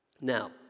Now